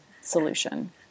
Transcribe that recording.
solution